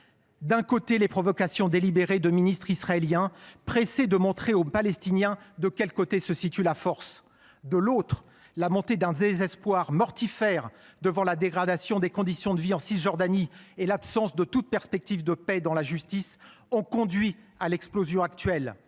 D’un côté, les provocations délibérées de ministres israéliens pressés de montrer aux Palestiniens de quel côté se situe la force, de l’autre la montée d’un désespoir mortifère devant la dégradation des conditions de vie en Cisjordanie et l’absence de toute perspective de paix dans la justice ont conduit à l’explosion actuelle.